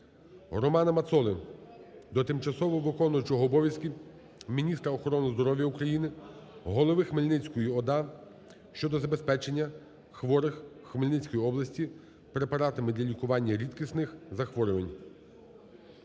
Романа Мацоли до тимчасово виконуючої обов'язки міністра охорони здоров'я України, голови Хмельницької обласної державної адміністрації щодо забезпечення хворих в Хмельницькій області препаратами для лікування рідкісних захворювань.